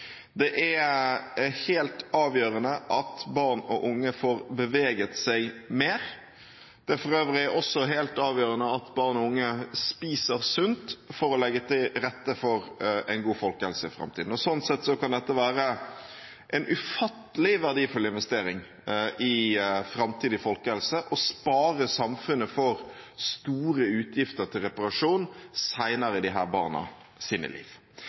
Det er helt avgjørende at barn og unge får beveget seg mer. Det er for øvrig også helt avgjørende at barn og unge spiser sunt for å legge til rette for en god folkehelse i framtiden. Sånn sett kan dette være en ufattelig verdifull investering i framtidig folkehelse og kan spare samfunnet for store utgifter til reparasjon senere i disse barnas liv.